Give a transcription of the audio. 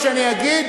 כל מה שאני אגיד,